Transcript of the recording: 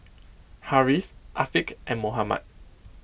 Harris Afiq and Muhammad